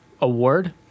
award